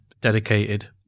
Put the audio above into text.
dedicated